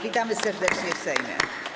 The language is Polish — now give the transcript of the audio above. Witamy serdecznie w Sejmie.